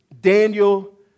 Daniel